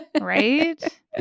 Right